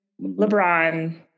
LeBron